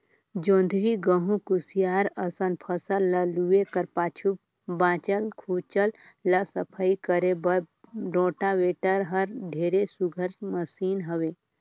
जोंधरी, गहूँ, कुसियार असन फसल ल लूए कर पाछू बाँचल खुचल ल सफई करे बर रोटावेटर हर ढेरे सुग्घर मसीन हवे